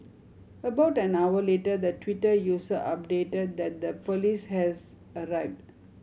about an hour later the Twitter user updated that the police has arrived